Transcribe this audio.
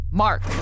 mark